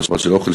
אבל אוכל